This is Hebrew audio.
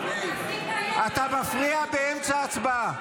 אתה מפריע באמצע הצבעה.